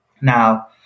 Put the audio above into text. now